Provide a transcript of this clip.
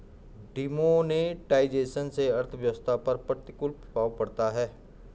demonetisation से अर्थव्यवस्था पर प्रतिकूल प्रभाव पड़ता है